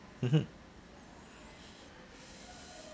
mmhmm